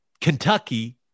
Kentucky